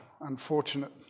unfortunate